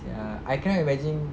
ah sia I cannot imagine